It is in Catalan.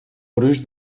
gruix